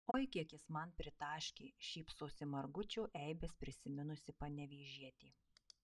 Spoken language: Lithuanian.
oi kiek jis man pritaškė šypsosi margučio eibes prisiminusi panevėžietė